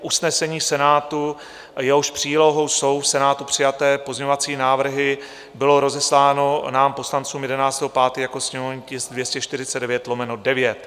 Usnesení Senátu, jehož přílohou jsou v Senátu přijaté pozměňovací návrhy, bylo rozesláno nám poslancům 11. 5. jako sněmovní tisk 249/9.